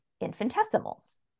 infinitesimals